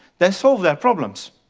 they solve their problems.